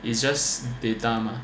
it's just data mah